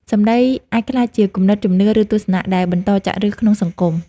សម្ដីអាចក្លាយជាគំនិត ជំនឿ ឬទស្សនៈដែលបន្តចាក់ឫសក្នុងសង្គម។